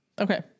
Okay